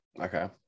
okay